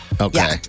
Okay